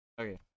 Okay